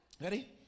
Ready